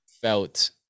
felt